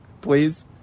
please